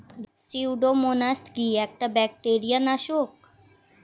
Pseudomonas কি একটা bacteria নাশক?